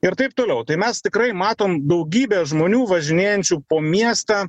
ir taip toliau tai mes tikrai matom daugybę žmonių važinėjančių po miestą